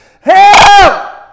Help